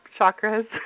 chakras